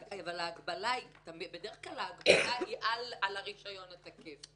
בדרך כלל ההגבלה על הרישיון התקף.